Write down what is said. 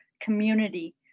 community